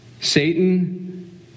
Satan